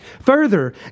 Further